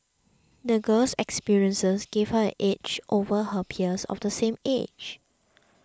the girl's experiences gave her an edge over her peers of the same age